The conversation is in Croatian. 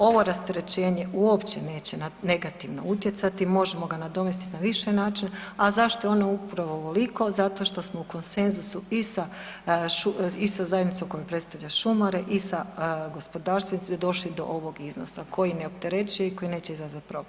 Ovo rasterećenje uopće neće negativno utjecati, možemo ga nadomjestiti na više načina, a zašto je ono upravo ovoliko, zato što smo u konsenzusu i sa zajednicom koja predstavlja šumare i sa gospodarstvenicima došli do ovog iznosa koji ne opterećuje i koji neće izazvati problem.